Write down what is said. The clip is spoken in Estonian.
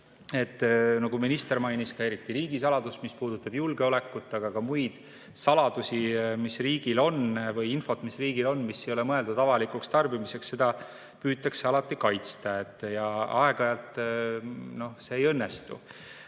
nagu minister mainis, et eriti riigisaladust, mis puudutab julgeolekut, aga ka muid saladusi, mis riigil on, või infot, mis riigil on, aga mis ei ole mõeldud avalikuks tarbimiseks, püütakse alati kaitsta. Aeg-ajalt see ei õnnestu.